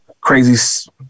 crazy